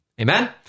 Amen